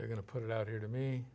they're going to put it out here to me